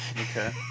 Okay